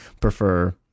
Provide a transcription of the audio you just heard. prefer